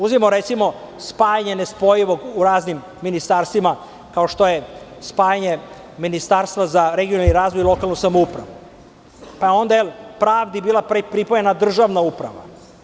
Uzmimo, recimo, spajanje nespojivog u raznim ministarstvima, kao što je spajanje Ministarstva za regionalni razvoj i lokalnu samoupravu, pa je pravdi bila pripojena državna uprava.